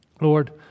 Lord